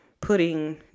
putting